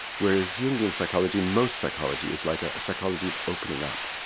whereas jungian psychology, and most psychology is like a psychology of opening up.